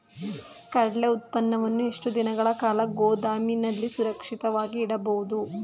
ಕಡ್ಲೆ ಉತ್ಪನ್ನವನ್ನು ಎಷ್ಟು ದಿನಗಳ ಕಾಲ ಗೋದಾಮಿನಲ್ಲಿ ಸುರಕ್ಷಿತವಾಗಿ ಇಡಬಹುದು?